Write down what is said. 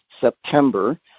September